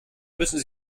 müssen